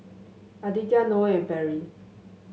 Aditya Noe and Perry